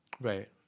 Right